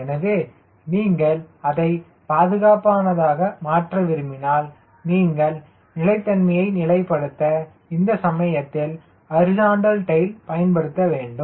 எனவே நீங்கள் அதை பாதுகாப்பானதாக மாற்ற விரும்பினால் நீங்கள் நிலைத்தன்மையை நிலைப்படுத்த இந்த சமயத்தில் ஹரிசாண்டல் டைல் பயன்படுத்த வேண்டும்